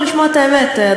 אני קובע שההצעות